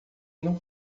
não